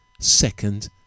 second